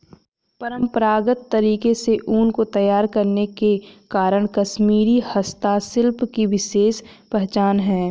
परम्परागत तरीके से ऊन को तैयार करने के कारण कश्मीरी हस्तशिल्प की विशेष पहचान है